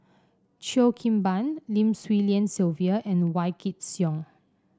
Cheo Kim Ban Lim Swee Lian Sylvia and Wykidd Song